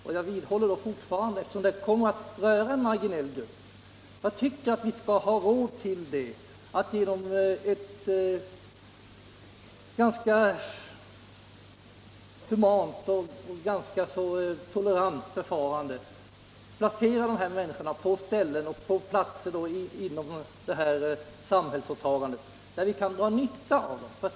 Och jag vidhåller, eftersom detta kommer att beröra en marginell grupp, att vi bör ha råd till ett ganska humant 19 och tolerant förfarande, kunna placera dessa människor på platser inom ramen för detta samhällsåtagande där vi kan dra nytta av dem.